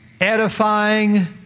edifying